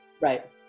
right